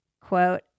quote